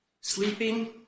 sleeping